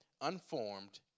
unformed